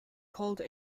called